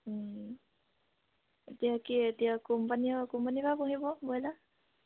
এতিয়া কি এতিয়া কোম্পানী কোম্পানীৰ পৰা পুহিব ব্ৰইলাৰ